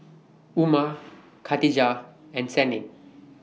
Umar Katijah and Senin